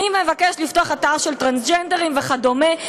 מי מבקש לפתוח אתר של טרנסג'נדרים וכדומה.